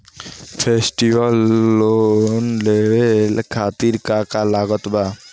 Festival loan लेवे खातिर का का लागत बा?